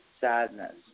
sadness